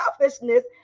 selfishness